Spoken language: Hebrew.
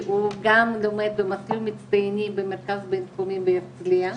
גם לומד במסלול מצטיינים במרכז בינתחומי בהרצלייה